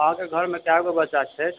अहाके घरमे कए गो बच्चा छथि